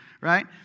right